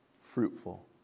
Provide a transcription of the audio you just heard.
fruitful